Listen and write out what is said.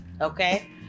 Okay